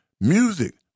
Music